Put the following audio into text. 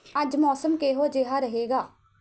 ਅੱਜ ਮੌਸਮ ਕਿਹੋ ਜਿਹਾ ਰਹੇਗਾ